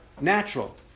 natural